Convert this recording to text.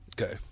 Okay